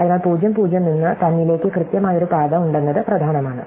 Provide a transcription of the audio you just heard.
അതിനാൽ 00 നിന്ന് തന്നിലേക്ക് കൃത്യമായി ഒരു പാത ഉണ്ടെന്നത് പ്രധാനമാണ്